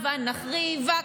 הבה נחריבה.